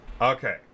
Okay